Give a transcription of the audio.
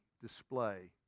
display